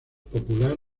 popular